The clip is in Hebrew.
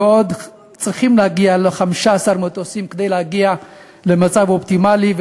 וצריכים להגיע ל-15 מטוסים כדי להגיע למצב אופטימלי.